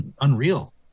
unreal